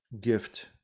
gift